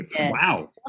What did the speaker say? Wow